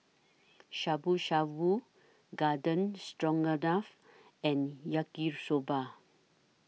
Shabu Shabu Garden Stroganoff and Yaki Soba